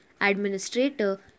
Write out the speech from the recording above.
Administrator